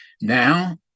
now